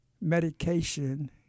medication